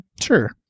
Sure